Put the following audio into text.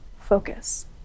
focus